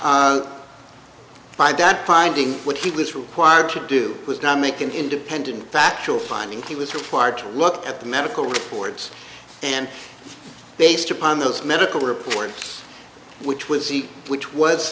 my dad finding when he was required to do was not make an independent factual finding he was required to look at the medical records and based upon those medical report which was which was